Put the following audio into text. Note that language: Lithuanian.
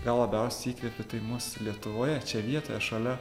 gal labiausiai įkvepė tai mus lietuvoje čia vietoje šalia